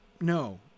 no